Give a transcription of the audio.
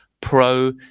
Pro